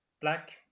black